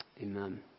Amen